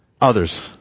Others